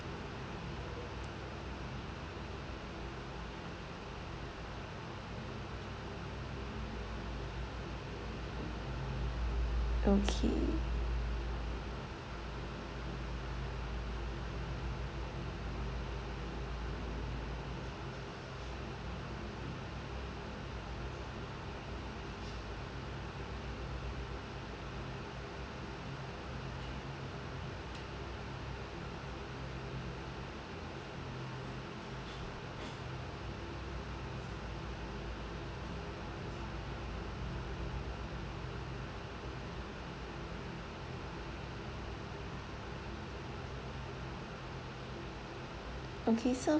okay okay so